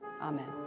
Amen